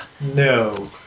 no